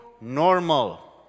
normal